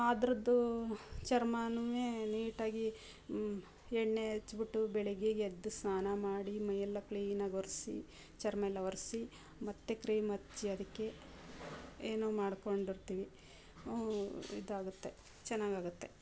ಅದರದ್ದು ಚರ್ಮನು ನೀಟಾಗಿ ಎಣ್ಣೆ ಹಚ್ಬಿಟ್ಟು ಬೆಳಿಗ್ಗೆಗೆ ಎದ್ದು ಸ್ನಾನ ಮಾಡಿ ಮೈಯೆಲ್ಲ ಕ್ಲೀನಾಗಿ ಒರೆಸಿ ಚರ್ಮ ಎಲ್ಲ ಒರೆಸಿ ಮತ್ತೆ ಕ್ರೀಮ್ ಹಚ್ಚಿ ಅದಕ್ಕೆ ಏನೋ ಮಾಡ್ಕೊಂಡಿರ್ತೀವಿ ಇದಾಗುತ್ತೆ ಚೆನ್ನಾಗಾಗತ್ತೆ